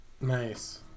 Nice